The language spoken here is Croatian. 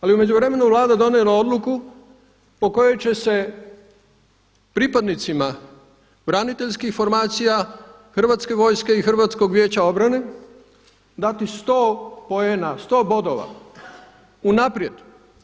Ali u međuvremenu je Vlada donijela odluku po kojoj će se pripadnicima braniteljskih formacija Hrvatske vojske i Hrvatskog vijeća obrane dati 100 poena, 100 bodova unaprijed.